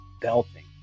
belting